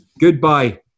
Goodbye